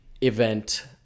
event